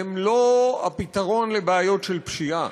הם לא הפתרון לבעיות של פשיעה.